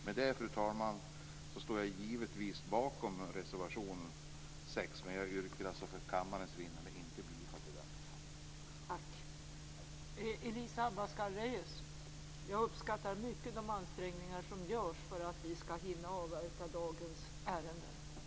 Med detta, fru talman, står jag givetvis bakom reservation 6 men för att vinna tid åt kammaren yrkar jag inte bifall till reservationen i fråga.